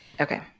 Okay